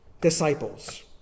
disciples